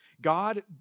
God